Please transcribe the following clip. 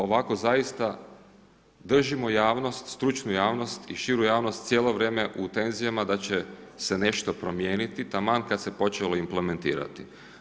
Ovako zaista držimo javnost, stručnu javnost i širu javnost u tenzijama da će se nešto promijeniti taman kada se počelo implementirati.